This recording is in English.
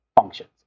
functions